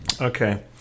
okay